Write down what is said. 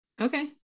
Okay